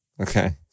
okay